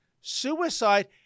suicide